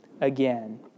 again